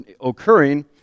occurring